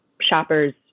shoppers